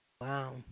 Wow